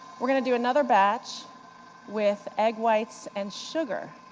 we're going to do another batch with egg whites and sugar.